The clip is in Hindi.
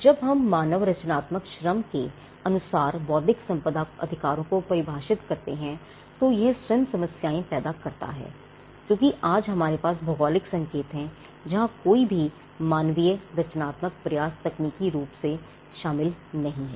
जब हम मानव रचनात्मक श्रम के के अनुसार बौद्धिक संपदा अधिकारों को परिभाषित करते हैं तो यह स्वयं समस्याएं पैदा करता है क्योंकि आज हमारे पास भौगोलिक संकेत हैं जहां कोई भी मानवीय रचनात्मक प्रयास तकनीकी रूप से शामिल नहीं है